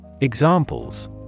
Examples